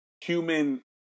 human